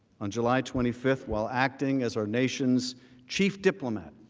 on july twenty five, while acting as our nation's chief diplomat,